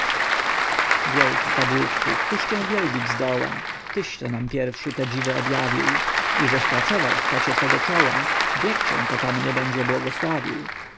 wielki kadłubku któż cię wielbić zdoła tyśto nam pierwszy te dziwy objawił i żeś pracował w pocie twego czoła wiek cię potomny będzie błogosławił